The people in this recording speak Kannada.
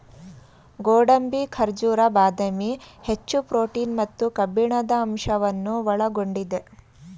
ಗೋಡಂಬಿ, ಖಜೂರ, ಬಾದಾಮಿ, ಹೆಚ್ಚು ಪ್ರೋಟೀನ್ ಮತ್ತು ಕಬ್ಬಿಣದ ಅಂಶವನ್ನು ಒಳಗೊಂಡಿದೆ